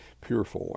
Purefoy